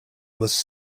was